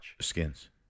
Skins